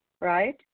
right